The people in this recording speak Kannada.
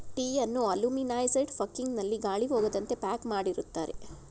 ಟೀಯನ್ನು ಅಲುಮಿನೈಜಡ್ ಫಕಿಂಗ್ ನಲ್ಲಿ ಗಾಳಿ ಹೋಗದಂತೆ ಪ್ಯಾಕ್ ಮಾಡಿರುತ್ತಾರೆ